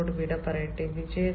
ഞാൻ നിങ്ങളോട് വിട പറയട്ടെ